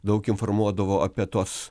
daug informuodavo apie tuos